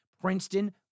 Princeton